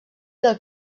del